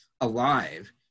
alive